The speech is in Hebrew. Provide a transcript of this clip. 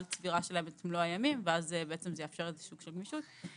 צבירה של מלוא הימים ואז זה יאפשר סוג של גמישות.